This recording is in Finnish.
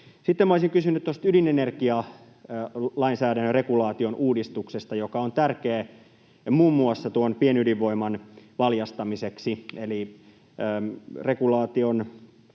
Sitten olisin kysynyt ydinenergialainsäädännön regulaation uudistuksesta, joka on tärkeä muun muassa pienydinvoiman valjastamiseksi.